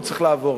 והוא צריך לעבור.